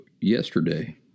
yesterday